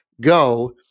go